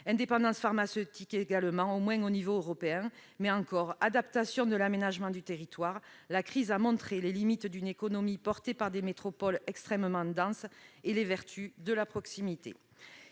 l'indépendance pharmaceutique, au moins au niveau européen, ou encore de l'adaptation de l'aménagement du territoire : cette crise a montré à la fois les limites d'une économie dominée par des métropoles extrêmement denses et les vertus de la proximité.